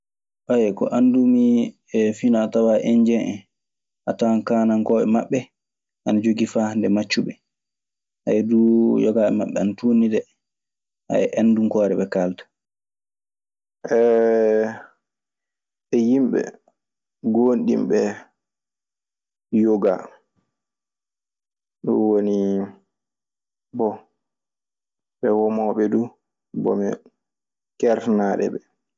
Ko anndumi e finaa tawaa endiyen en. A tawan kaanankooɓe maɓɓe ana jogii faa hannde maccuɓe. Yogaaɓe maɓɓe ana tuunni dee. Endunkoore ɓe kaalata. e yimɓe gonɗimɓe yoga. Ɗum wonii bon e womooɓe du bomee kertanaaɗe ɓe.